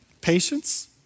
patience